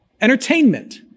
Entertainment